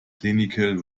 clinical